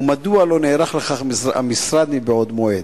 ומדוע לא נערך לכך המשרד מבעוד מועד?